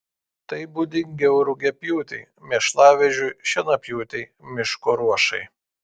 tai būdingiau rugiapjūtei mėšlavežiui šienapjūtei miško ruošai